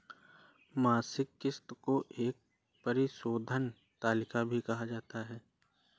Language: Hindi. मासिक किस्त को एक परिशोधन तालिका भी कहा जाता है